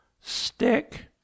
Stick